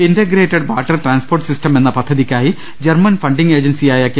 integrated water transport system എന്ന പദ്ധതിയ്ക്കായി German funding ഏജൻസിയായ കെ